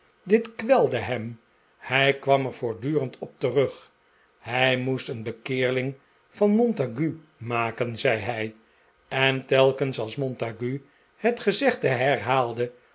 dit kwelde hem hij kwam er voortdurend op terug hij moest een bekeerling van montague maken zei hij en telkens als montague zijn gezegde